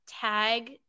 tag